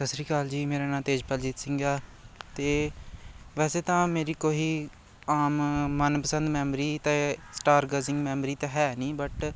ਸਤਿ ਸ਼੍ਰੀ ਅਕਾਲ ਜੀ ਮੇਰਾ ਨਾਂ ਤੇਜਪਾਲਜੀਤ ਸਿੰਘ ਆ ਅਤੇ ਵੈਸੇ ਤਾਂ ਮੇਰੀ ਕੋਈ ਆਮ ਮਨ ਪਸੰਦ ਮੈਮਰੀ ਅਤੇ ਸਟਾਰ ਗਜਿੰਗ ਮੈਂਮਰੀ ਤਾਂ ਹੈ ਨਹੀਂ ਬਟ